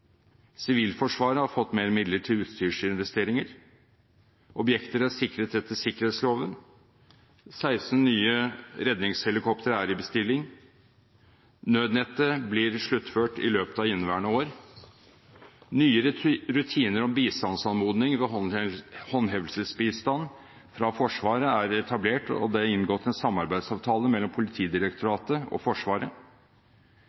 Sivilforsvaret har fått mer midler til utstyrsinvesteringer. Objekter er sikret etter sikkerhetsloven. 16 nye redningshelikoptre er i bestilling. Nødnettet blir sluttført i løpet av inneværende år. Nye rutiner om bistandsanmodning ved håndhevelsesbistand fra Forsvaret er etablert, og det er inngått en samarbeidsavtale mellom Politidirektoratet og Forsvaret.